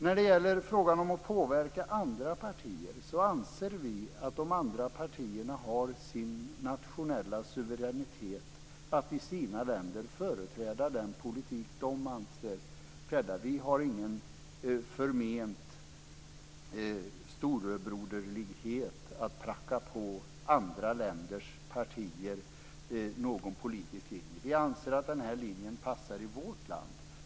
När det gäller frågan om att påverka andra partier anser vi att de andra partierna har sin nationella suveränitet att i sina länder företräda den politik de anser själva. Vi känner ingen förment storebroderlighet som går ut på att pracka på andra länders partier någon politisk linje. Vi anser att den här linjen passar i vårt land.